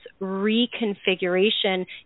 reconfiguration